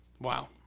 wow